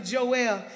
Joel